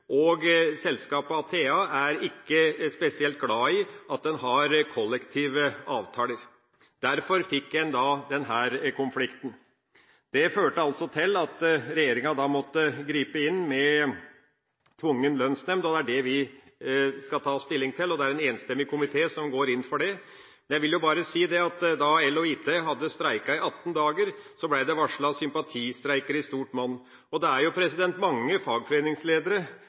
og selskapet Atea er ikke spesielt glad i at en har kollektive avtaler. Derfor fikk en denne konflikten. Det førte til at regjeringa måtte gripe inn med tvungen lønnsnemnd, og det er det vi skal ta stilling til. Det er en enstemmig komité som går inn for det. Men jeg vil bare si at da EL & IT Forbundet hadde streiket i 18 dager, ble det varslet sympatistreiker i stort monn. Det er jo mange fagforeningsledere